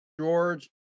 George